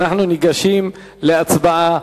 אנחנו ניגשים להצבעה